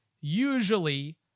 Usually